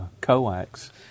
coax